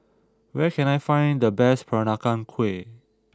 where can I find the best Peranakan Kueh